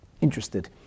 interested